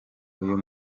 uyu